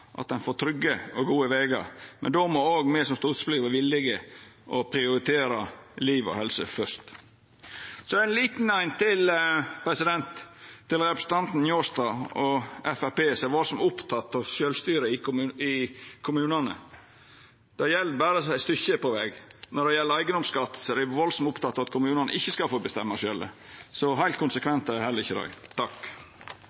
at ein får trygge og gode vegar på, men då må òg me som stortingspolitikarar vera villige til å prioritera liv og helse fyrst. Så ein liten visitt til representanten Njåstad og Framstegspartiet, som har vore så opptekne av sjølvstyre i kommunane: Det gjeld berre eit stykke på veg. Når det gjeld eigedomsskatt, er dei veldig opptekne av at kommunane ikkje skal få bestemma sjølve. Så heilt